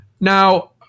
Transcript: Now